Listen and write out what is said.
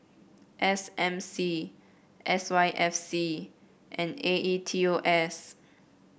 S M C S Y F C and A E T O S